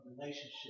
relationship